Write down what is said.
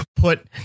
put